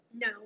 No